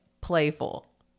playful